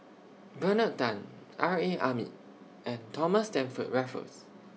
Bernard Tan R A Hamid and Thomas Stamford Raffles